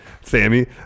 Sammy